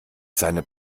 seine